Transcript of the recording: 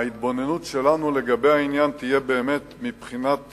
שההתבוננות שלנו לגבי העניין תהיה באמת מבחינת